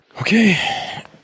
Okay